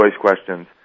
questions